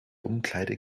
umkleiden